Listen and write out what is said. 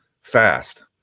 fast